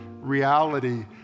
reality